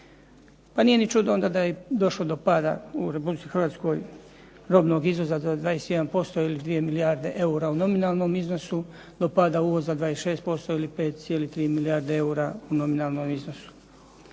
Pa nije ni čudo onda da je došlo do pada u Republici Hrvatskoj robnog izvoza za 21% ili 2 milijarde eura u nominalnom iznosu do pada uvoza za 26% ili 5,3 milijarde eura u nominalnom iznosu.